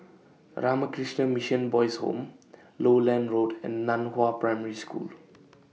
Ramakrishna Mission Boys' Home Lowland Road and NAN Hua Primary School